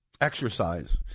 exercise